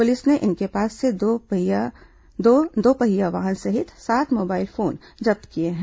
police ने इनके पास से दो दोपहिया वाहन सहित सात मोबाइल फोन जब्त किए हैं